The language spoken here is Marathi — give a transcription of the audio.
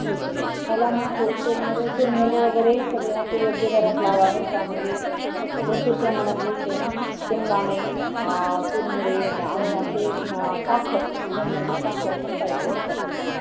ठीक आहे मला ना होलसेलमध्ये चुरमुरे वगैरे सगळे अशे योग्य दरात लावावर का म्हणजे तसं भरपूर प्रमाणात घ्यायचं आहे ना शेंगदाणे चुरमुरे दा आणि असे साखर मेन म्हणजे साखर पण पाहिजे हां